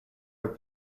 have